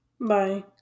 Bye